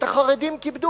את החרדים כיבדו,